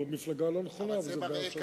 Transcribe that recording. הוא במפלגה הלא-נכונה, אבל זו בעיה שלו.